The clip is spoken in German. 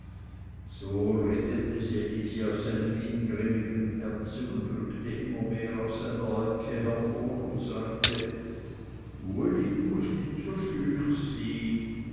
so redete ds elisi aus seinem ingrimmigen herzen und rückte immer mehr aus seiner ecke hervor und sagte uli du mußt nit so schüch